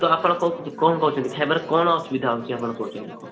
ତ ଆପଣ କ'ଣ କହୁଛନ୍ତି ଖାଇବାରେ କ'ଣ ଅସୁବିଧା ହଉଛି ଆପଣ କହୁଛନ୍ତି